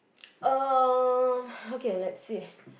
um okay let's see